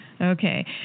Okay